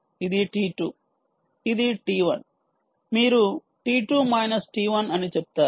ఇది t2 ఇది T t1 మీరు t2 మైనస్ t1 అని చెప్తారు